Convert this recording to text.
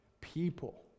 people